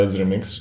remix